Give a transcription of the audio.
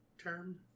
term